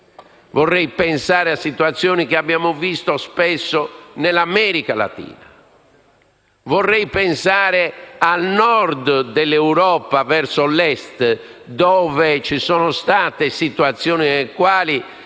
vorrei pensare a situazioni che abbiamo visto spesso nell'America latina; vorrei pensare al Nord dell'Europa verso l'Est, dove ci sono state situazioni nelle